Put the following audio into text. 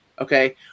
okay